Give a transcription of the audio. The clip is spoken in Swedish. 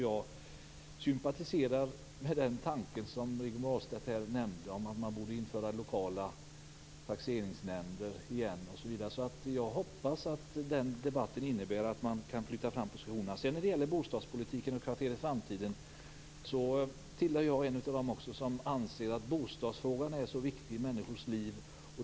Jag sympatiserar med den tanke som Rigmor Ahlstedt nämnde, att man borde införa lokala taxeringsnämnder igen. Jag hoppas att den debatten innebär att man kan flytta fram positionerna. Så till bostadspolitiken och kvarteret Framtiden. Jag tillhör dem som anser att bostadsfrågan är viktig i människors liv.